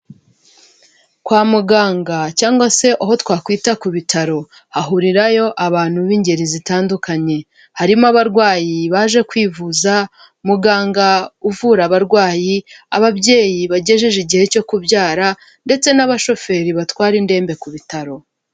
Kwa muganga cyangwa se aho twakwita ku bitaro hahurirayo abantu b'ingeri zitandukanye, harimo abarwayi baje kwivuza, muganga uvura abarwayi, ababyeyi bagejeje igihe cyo kubyara ndetse n'abashoferi batwara indembe ku bitaro.